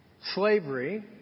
Slavery